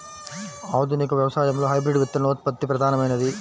ఆధునిక వ్యవసాయంలో హైబ్రిడ్ విత్తనోత్పత్తి ప్రధానమైనది